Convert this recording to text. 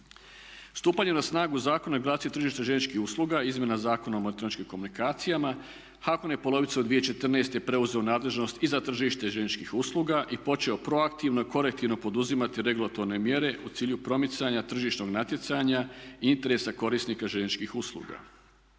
Stupanjem na snagu Zakona o regulaciji tržišta željezničkih usluga, izmjenama Zakona o elektroničkim komunikacijama HAKOM je polovicom 2014. preuzeo u nadležnost i za tržište željezničkih usluga i počeo proaktivno i korektivno poduzimati regulatorne mjere u cilju promicanja tržišnog natjecanja i interesa korisnika željezničkih usluga.